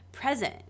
present